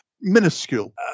minuscule